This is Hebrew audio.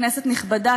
כנסת נכבדה,